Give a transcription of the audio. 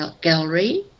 Gallery